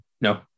no